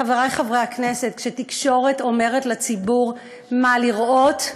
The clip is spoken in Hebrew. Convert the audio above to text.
חברי חברי הכנסת, כשתקשורת אומרת לציבור מה לראות,